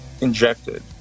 injected